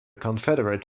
confederate